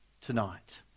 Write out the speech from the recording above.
tonight